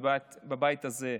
בבית הזה,